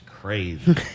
crazy